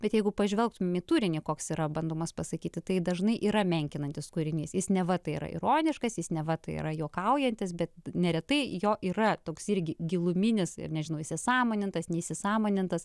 bet jeigu pažvelgtum į turinį koks yra bandomas pasakyti tai dažnai yra menkinantis turinys jis neva tai yra ironiškas jis neva tai yra juokaujantis bet neretai jo yra toks irgi giluminis ir nežinau įsisąmonintas neįsisąmonintas